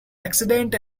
accident